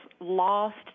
lost